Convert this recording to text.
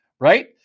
right